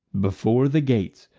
before the gates,